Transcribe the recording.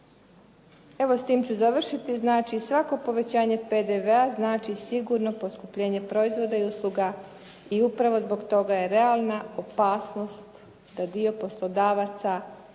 s tim ću završiti, znači svako povećanje PDV-a znači sigurno poskupljenje proizvoda i usluga i upravo zbog toga je realna opasnost da dio poslodavaca će